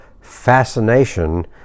fascination